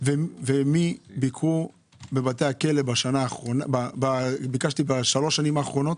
ומי ביקרו בבתי הכלא בשלוש השנים האחרונות,